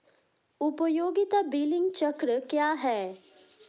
उपयोगिता बिलिंग चक्र क्या है?